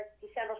December